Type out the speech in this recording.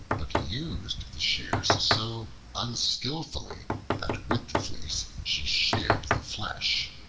but used the shears so unskillfully that with the fleece she sheared the flesh.